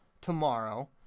tomorrow